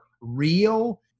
real